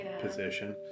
position